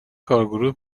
کارگروه